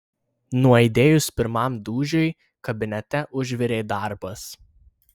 nuaidėjus pirmam dūžiui kabinete užvirė darbas